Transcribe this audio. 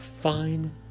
fine